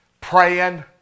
praying